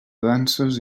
danses